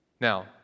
Now